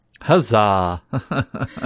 Huzzah